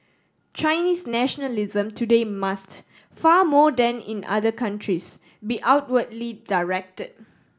Chinese nationalism today must far more than in other countries be outwardly direct